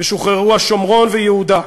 ושוחררו השומרון ויהודה,